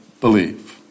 believe